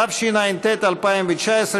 התשע"ט 2019,